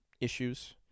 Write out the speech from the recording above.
issues